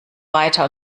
weiter